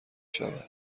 شود